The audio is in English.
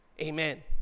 Amen